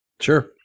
Sure